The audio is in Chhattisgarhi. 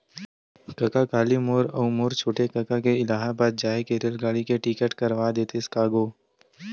कका काली मोर अऊ मोर छोटे कका के इलाहाबाद जाय के रेलगाड़ी के टिकट करवा देतेस का गो